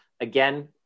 Again